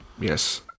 Yes